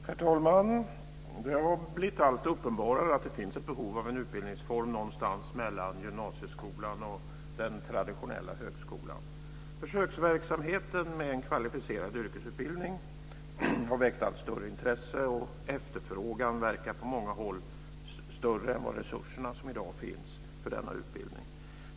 Herr talman! Det har blivit alltmer uppenbart att det finns ett behov av en utbildningsform någonstans mellan gymnasieskolan och den traditionella högskolan. Försöksverksamheten med en kvalificerad yrkesutbildning har väckt allt större intresse, och efterfrågan verkar på många håll större än de resurser som i dag finns för denna utbildning.